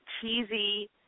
cheesy